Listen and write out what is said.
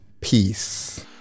Peace